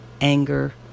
anger